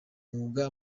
mwuga